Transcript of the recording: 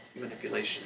manipulation